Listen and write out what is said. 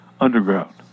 underground